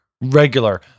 Regular